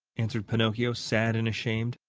answered pinocchio, sad and ashamed.